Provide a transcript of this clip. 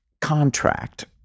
contract